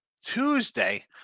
Tuesday